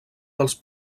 dels